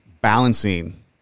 balancing